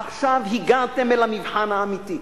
עכשיו הגעתם אל המבחן האמיתי.